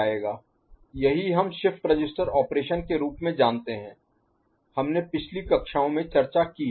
यही हम shift register operation के रूप में जानते हैं हमने पिछली कक्षाओं में चर्चा की है